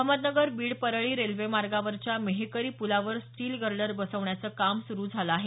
Ahmednagar Beed Parli railway मार्गावरच्या मेहकरी पुलावर steel girder बसवण्याचं काम सुरू झालं आहे